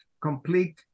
complete